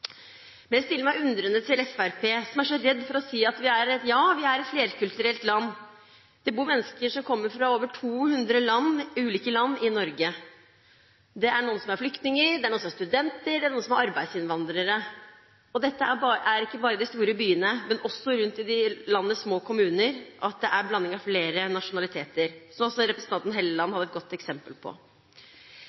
Jeg stiller meg undrende til Fremskrittspartiet, som er så redd for å si at ja, vi er et flerkulturelt land. Det bor mennesker som kommer fra over 200 ulike land i Norge. Noen er flyktninger, noen er studenter og noen er arbeidsinnvandrere. Det er ikke bare i de store byene, men også rundt i landets små kommuner er det en blanding av flere nasjonaliteter, som også representanten Helleland hadde et godt eksempel på.